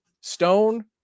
stone